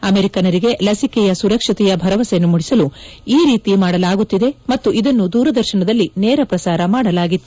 ಅಮೆರಿಕನ್ನರಿಗೆ ಲಿಸಿಕೆಯ ಸುರಕ್ಷತೆಯ ಬಗ್ಗೆ ಭರವಸೆ ಮೂಡಿಸಲು ಈ ರೀತಿ ಮಾಡಲಾಗುತ್ತಿದೆ ಮತ್ತು ಇದನ್ನು ದೂರದರ್ಶನದಲ್ಲಿ ನೇರ ಪ್ರಸಾರ ಮಾಡಲಾಗಿತ್ತು